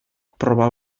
proba